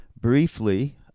briefly